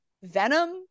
Venom